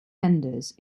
vendors